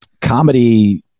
comedy